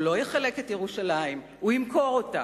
הוא לא יחלק את ירושלים, הוא ימכור אותה.